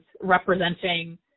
representing